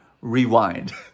rewind